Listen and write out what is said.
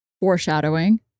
foreshadowing